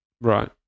right